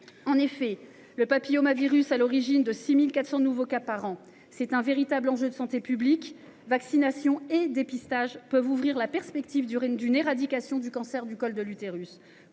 En effet, le papillomavirus est à l’origine de 6 400 nouveaux cas par an. C’est un véritable enjeu de santé publique. Vaccination et dépistage peuvent ouvrir la perspective d’une éradication du cancer du col de l’utérus.